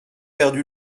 perdu